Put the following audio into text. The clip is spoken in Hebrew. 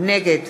נגד